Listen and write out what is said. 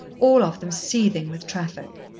all of them seething with traffic.